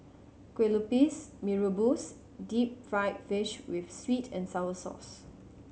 kue lupis Mee Rebus deep fried fish with sweet and sour sauce